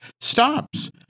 stops